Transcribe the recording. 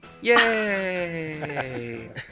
Yay